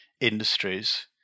industries